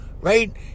right